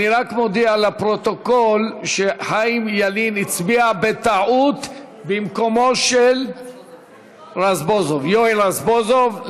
אני רק מודיע לפרוטוקול שחיים ילין הצביע בטעות במקומו של יואל רזבוזוב.